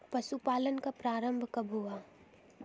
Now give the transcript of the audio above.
पशुपालन का प्रारंभ कब हुआ?